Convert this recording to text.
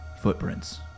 footprints